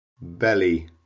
Belly